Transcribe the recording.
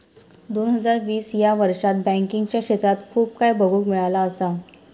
दोन हजार वीस ह्या वर्षात बँकिंगच्या क्षेत्रात खूप काय बघुक मिळाला असा